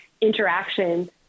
interaction